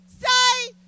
say